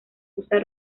usa